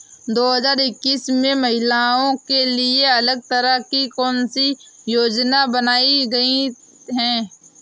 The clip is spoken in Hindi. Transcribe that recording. दो हजार इक्कीस में महिलाओं के लिए अलग तरह की कौन सी योजना बनाई गई है?